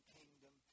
kingdom